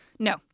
No